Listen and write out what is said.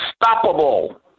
unstoppable